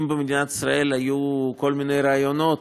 אם במדינת ישראל היו כל מיני רעיונות